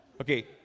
Okay